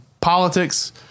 politics